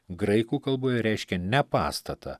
graikų kalboje reiškia ne pastatą